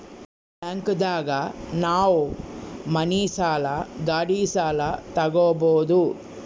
bank ದಾಗ ನಾವ್ ಮನಿ ಸಾಲ ಗಾಡಿ ಸಾಲ ತಗೊಬೋದು